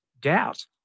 doubt